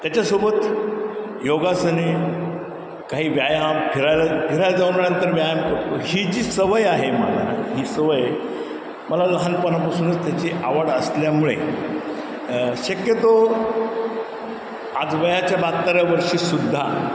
त्याच्यासोबत योगासने काही व्यायाम फिरायला फिरायला जाऊन नंतर व्यायाम करतो ही जी सवय आहे मला ही सवय मला लहानपणापासूनच त्याची आवड असल्यामुळे शक्यतो आज वयाच्या बाततऱ्या वर्षीसुद्धा